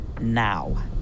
now